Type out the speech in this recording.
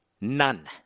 None